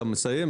אתה מסיים,